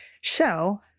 shell